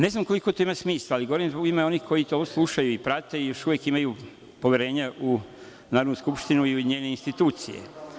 Ne znam koliko to ima smisla, ali govorim zbog onih koji to slušaju i prate i još uvek imaju poverenja u Narodnu skupštinu i njene institucije.